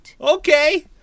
okay